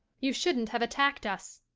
you shouldn't have attacked us.